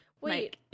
wait